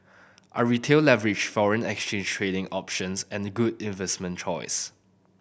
are Retail leveraged foreign exchange trading options and a good investment choice